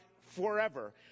forever